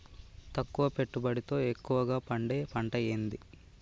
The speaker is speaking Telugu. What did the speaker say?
తక్కువ పెట్టుబడితో ఎక్కువగా పండే పంట ఏది?